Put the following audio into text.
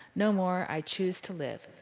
no more. i choose to live.